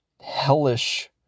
hellish